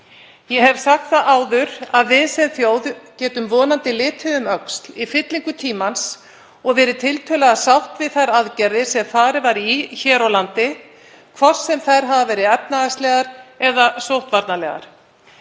Ég hef sagt það áður að við sem þjóð getum vonandi litið um öxl í fyllingu tímans og verið tiltölulega sátt við þær aðgerðir sem farið var í hér á landi, hvort sem þær hafa verið efnahagslegar eða sóttvarnalegar.